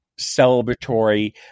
celebratory